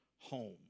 home